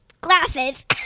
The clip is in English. Glasses